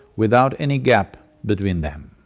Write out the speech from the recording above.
without any gap between them,